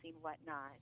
whatnot